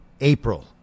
April